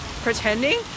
pretending